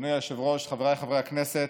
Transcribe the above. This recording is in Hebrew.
אדוני היושב-ראש, חבריי חברי הכנסת,